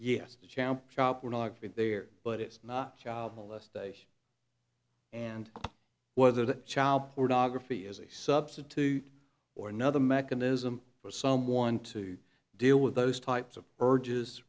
yes champ child pornography there but it's not child molestation and was a child pornography as a substitute or another mechanism for someone to deal with those types of urges